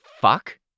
fuck